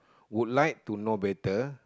would like to know better